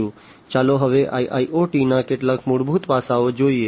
ચાલો હવે IIoT ના કેટલાક મૂળભૂત પાસાઓ જોઈએ